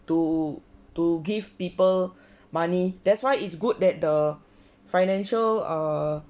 to to give people money that's why it's good that the financial err